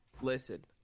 Listen